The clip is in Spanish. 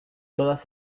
todas